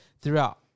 throughout